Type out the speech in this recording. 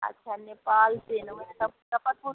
अच्छा नेपालसे अयलहुँ हँ मुजफ्फरपुर